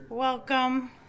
Welcome